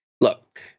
look